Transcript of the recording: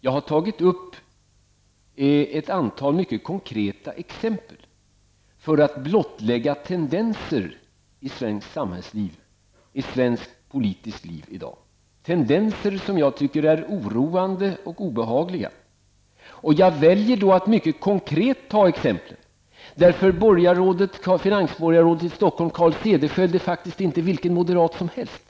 Jag har tagit upp ett antal mycket konkreta exempel för att blottlägga tendenser i svenskt samhällsliv och i svenskt politiskt liv i dag, tendenser som jag tycker är oroande och obehagliga. Jag väljer då mycket konkreta exempel. Finansborgarrådet i Stockholm Carl Cederschiöld är faktiskt inte vilken moderat som helst.